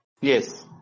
Yes